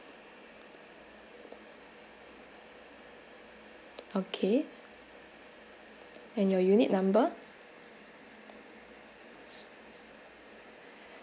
okay and your unit number